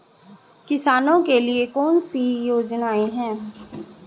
किसानों के लिए कौन कौन सी योजनाएं हैं?